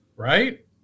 Right